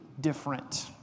different